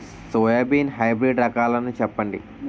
Soybean hybrid రకాలను చెప్పండి?